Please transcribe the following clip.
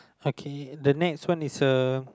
okay the next one is uh